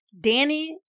Danny